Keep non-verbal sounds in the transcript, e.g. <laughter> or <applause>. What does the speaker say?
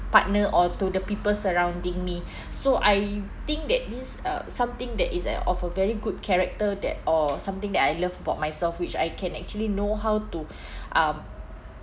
partner or to the people surrounding me so I think that this uh something that is uh of a very good character that or something that I love about myself which I can actually know how to <breath> um